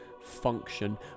function